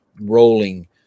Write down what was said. rolling